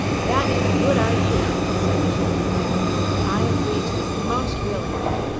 that is a good idea, said the shaggy man i agree to it most willingly.